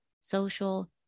social